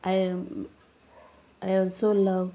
I also love